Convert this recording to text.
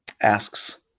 asks